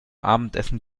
abendessen